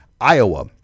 Iowa